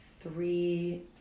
three